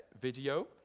video